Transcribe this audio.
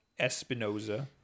Espinoza